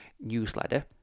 newsletter